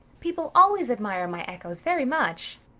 people always admire my echoes very much,